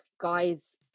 guy's